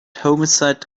homicide